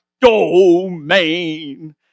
domain